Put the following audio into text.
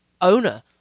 owner